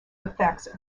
effects